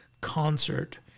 concert